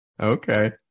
Okay